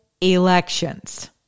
elections